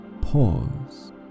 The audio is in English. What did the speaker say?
Pause